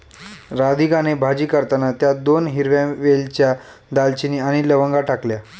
राधिकाने भाजी करताना त्यात दोन हिरव्या वेलच्या, दालचिनी आणि लवंगा टाकल्या